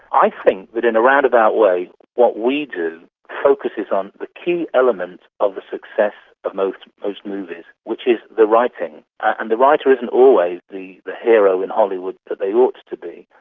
i think that in a round-about way what we do focuses on the key elements of the success of most movies, which is the writing. and the writer isn't always the the hero in hollywood that they ought to be.